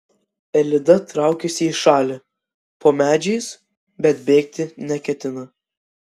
elida traukiasi į šalį po medžiais bet bėgti neketina